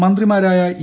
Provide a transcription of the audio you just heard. മന്ത്രിമാരായ ഇ